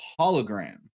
hologram